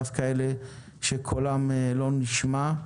דווקא אלה שקולם לא נשמע.